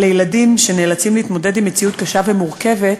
לילדים שנאלצים להתמודד עם מציאות קשה ומורכבת.